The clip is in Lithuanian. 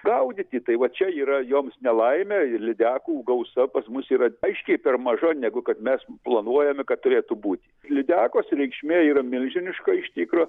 gaudyti tai va čia yra joms nelaimė ir lydekų gausa pas mus yra aiškiai per maža negu kad mes planuojame kad turėtų būti lydekos reikšmė yra milžiniška iš tikro